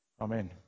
Amen